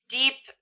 deep